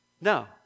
No